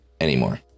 anymore